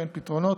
ואין פתרונות.